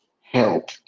help